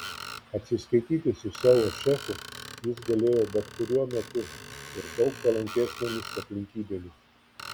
atsiskaityti su savo šefu jis galėjo bet kuriuo metu ir daug palankesnėmis aplinkybėmis